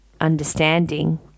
understanding